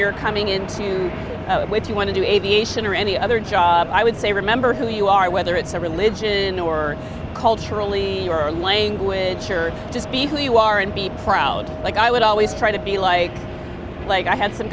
you're coming into which you want to do aviation or any other job i would say remember who you are whether it's a religion or culturally or language you're just be who you are and be proud like i would always try to be like like i had some